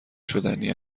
شدنی